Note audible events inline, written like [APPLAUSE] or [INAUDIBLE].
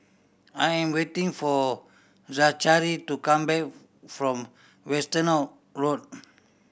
I am waiting for Zachary to come back from [UNINTELLIGIBLE] Road